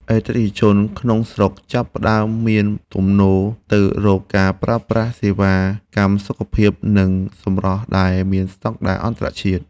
អតិថិជនក្នុងស្រុកចាប់ផ្តើមមានទំនោរទៅរកការប្រើប្រាស់សេវាកម្មសុខភាព និងសម្រស់ដែលមានស្តង់ដារអន្តរជាតិ។